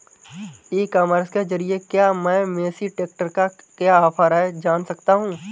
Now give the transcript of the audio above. ई commerce के ज़रिए क्या मैं मेसी ट्रैक्टर का क्या ऑफर है जान सकता हूँ?